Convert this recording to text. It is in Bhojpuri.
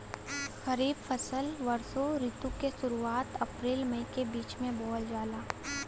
खरीफ फसल वषोॅ ऋतु के शुरुआत, अपृल मई के बीच में बोवल जाला